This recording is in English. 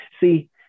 See